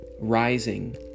rising